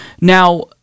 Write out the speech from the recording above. Now